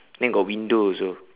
then got window also